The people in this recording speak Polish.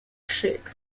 krzyk